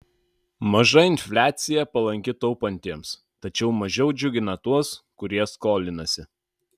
maža infliacija palanki taupantiems tačiau mažiau džiugina tuos kurie skolinasi